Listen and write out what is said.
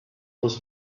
was